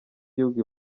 gihugu